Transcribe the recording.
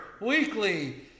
weekly